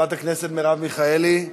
חברת הכנסת מרב מיכאלי.